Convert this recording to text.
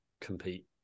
compete